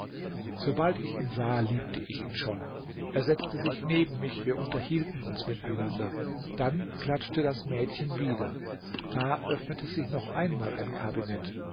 sobald ich ihn sah liebte ich ihn schon er setzte sich neben mich wir unterhielten uns miteinander dann klatschte das mädchen wieder da öffnete sich noch einmal ein kabinett